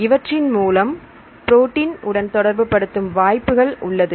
இவற்றின் மூலம் புரோட்டின் உடன் தொடர்புபடுத்தும் வாய்ப்புகள் உள்ளது